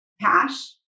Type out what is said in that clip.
cash